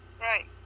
right